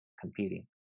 competing